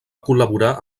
col·laborar